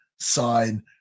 sign